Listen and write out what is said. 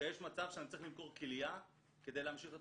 שיש מצב שאני צריך למכור כליה כדי להמשיך את